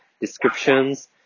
descriptions